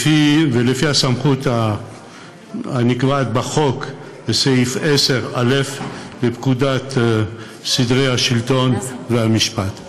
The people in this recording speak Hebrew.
לפי הסמכות הקבועה בחוק בסעיף 10א לפקודת סדרי השלטון והמשפט.